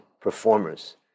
performers